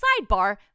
sidebar